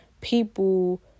people